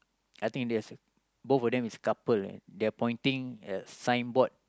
I think there's a both of them is a couple eh they are pointing at signboard